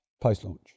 post-launch